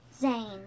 Zane